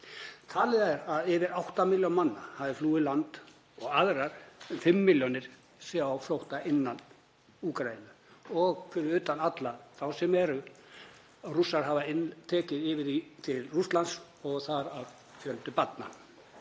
Talið er að yfir átta milljónir manna hafi flúið land og aðrar fimm milljónir séu á flótta innan Úkraínu, fyrir utan alla þá sem Rússar hafa tekið yfir til Rússlands, þar af fjölda barna.